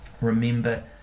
remember